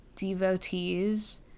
devotees